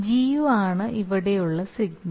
Gu ആണ് ഇവിടെ ഉള്ള സിഗ്നൽ